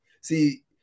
See